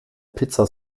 pizza